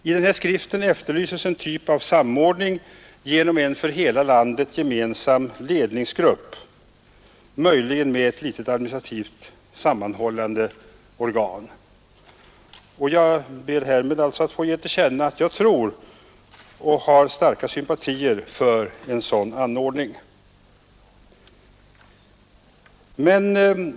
I skriften efterlyses en typ av samordning genom en för hela landet gemensam ledningsgrupp, möjligen med en litet administrativt sammanhållande organ. Jag ber härmed att få ge till känna att jag tror på och har starka sympatier för en sådan anordning.